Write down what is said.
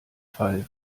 fall